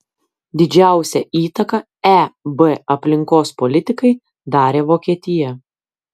didžiausią įtaką eb aplinkos politikai darė vokietija